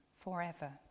forever